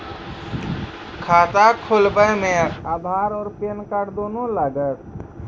खाता खोलबे मे आधार और पेन कार्ड दोनों लागत?